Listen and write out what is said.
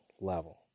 level